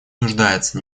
нуждается